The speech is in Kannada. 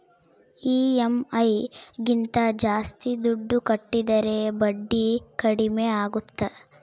ಇ.ಎಮ್.ಐ ಗಿಂತ ಜಾಸ್ತಿ ದುಡ್ಡು ಕಟ್ಟಿದರೆ ಬಡ್ಡಿ ಕಡಿಮೆ ಆಗುತ್ತಾ?